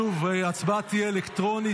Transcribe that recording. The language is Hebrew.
שוב, ההצבעה תהיה אלקטרונית.